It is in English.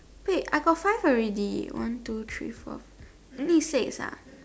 wait I got five already one two three four need six ah